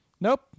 nope